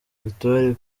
victoire